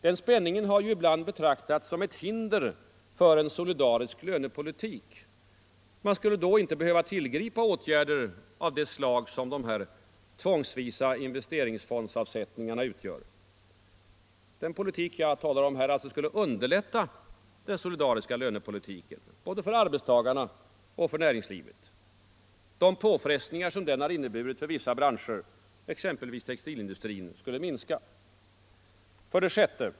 Den spänningen har ju ibland betraktats som ett hinder för en solidarisk lönepolitik. Man skulle då inte behöva tillgripa åtgärder av det slag som de tvångsvisa investeringsfondsavsättningarna utgör. Den politik jag talar om här skulle alltså underlätta den solidariska lönepolitiken, både för arbetstagarna och för näringslivet. De påfrestningar som den har inneburit för vissa branscher, exempelvis textilindustrin, skulle minska. 6.